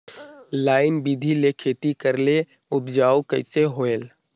Line बिधी ले खेती करेले उपजाऊ कइसे होयल?